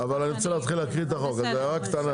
אבל אני רוצה להקריא את החוק, אז רק ההערה קטנה.